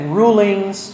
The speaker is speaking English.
rulings